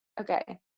Okay